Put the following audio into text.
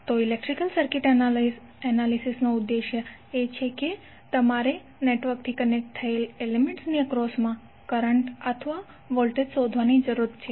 તો electrical circuit analysis નો ઉદ્દેશ એ છે કે તમારે નેટવર્કથી કનેક્ટ થયેલ એલિમેન્ટ્સ ની એક્રોસ મા કરંટ અને વોલ્ટેજ શોધવાની જરૂર છે